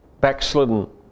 backslidden